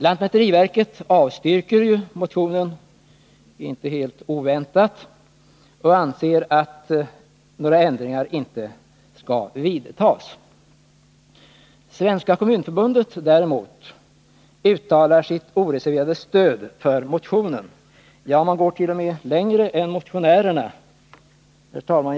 Lantmäteriverket avstyrker motionen — inte helt oväntat — och anser att några förändringar inte skall vidtas. Svenska kommunförbundet däremot uttalar sitt oreserverade stöd för motionen. Man går t.o.m. längre än motionärerna. Herr talman!